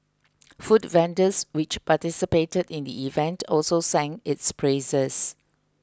food vendors which participated in the event also sang its praises